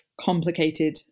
complicated